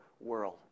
world